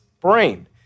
brain